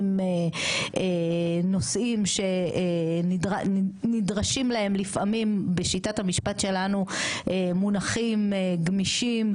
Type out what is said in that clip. עם נושאים שנדרשים להם לפעמים בשיטת המשפט שלנו מונחים גמישים,